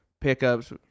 pickups